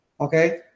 Okay